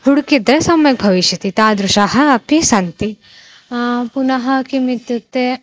हुडकिद्रे सम्यक् भविष्यति तादृशः अपि सन्ति पुनः किम् इत्युक्ते